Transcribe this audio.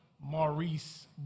Maurice